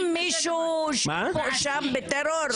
-- היו ממנים מישהו שהוא מואשם בטרור?